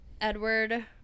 Edward